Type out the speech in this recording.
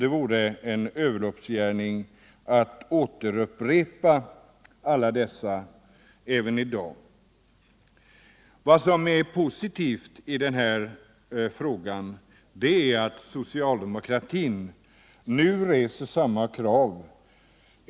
Det vore en överloppsgärning att åter upprepa alla dessa argument i dag. Vad som är positivt i denna fråga är att socialdemokratin nu reser samma krav.